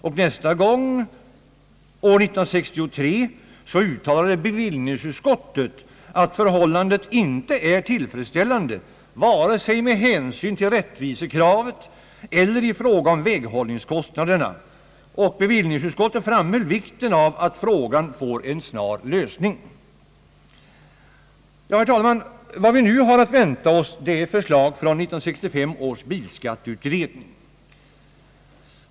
Och nästa gång, år 1963, uttalade bevillningsutskottet, att förhållandet inte är tillfredsställande vare sig med hänsyn till rättvisekravet eller i fråga om väghållningskostnaderna. Utskottet framhöll vikten av att frågan får en snar lösning. Ja, herr talman, vad vi nu har att vänta oss är förslag från 1965 års bilskatteutredning.